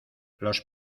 los